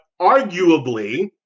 arguably